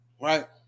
right